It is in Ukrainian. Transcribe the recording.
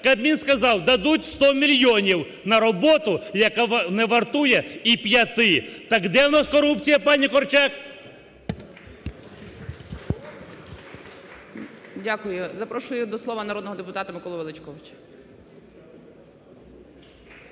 Кабмін сказав, дадуть 100 мільйонів на роботу, яка не вартує і п'яти. Так де у нас корупція, пані Корчак? ГОЛОВУЮЧИЙ. Дякую. Запрошую до слова народного депутата Миколу Величковича.